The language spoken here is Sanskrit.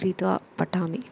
क्रीत्वा पठामि